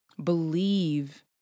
Believe